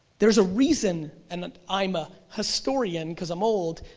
there's a reason, and i'm a historian because i'm old,